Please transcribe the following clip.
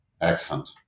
Excellent